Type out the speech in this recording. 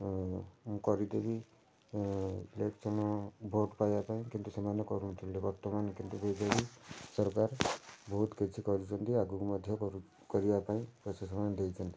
ମୁଁ କରିଦେବି election vote ପାଇବା ପାଇଁ କିନ୍ତୁ ସେମାନେ କରୁନଥିଲେ ବର୍ତ୍ତମାନ କିନ୍ତୁ ବିଜେଡ଼ି ସରକାର ବହୁତ କିଛି କରୁଛନ୍ତି ଆଗକୁ ମଧ୍ୟ କରିବା ପାଇଁ ଦେଇଛନ୍ତି